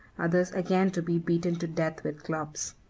others again to be beaten to death with clubs.